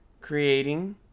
Creating